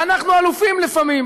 ואנחנו אלופים לפעמים,